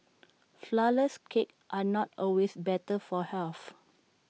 Flourless Cakes are not always better for health